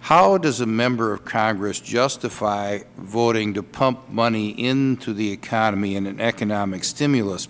how does a member of congress justify voting to pump money into the economy in an economic stimulus